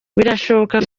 birashoboka